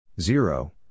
zero